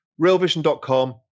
RealVision.com